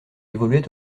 évoluait